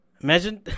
Imagine